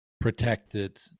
protected